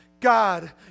God